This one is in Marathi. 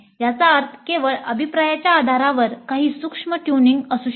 याचा अर्थ केवळ अभिप्रायाच्या आधारावर काही सूक्ष्म ट्यूनिंग असू शकतो